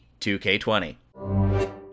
2K20